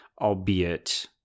albeit